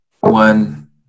one